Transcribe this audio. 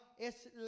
es